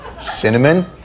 Cinnamon